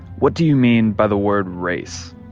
what do you mean by the word race?